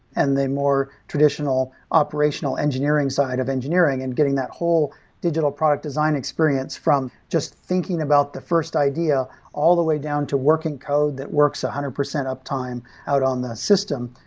and the more traditional operational engineering side of engineering. and getting that whole digital product design experience from just thinking about the first idea all the way down to working code that works one ah hundred percent uptime out on the system,